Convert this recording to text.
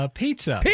pizza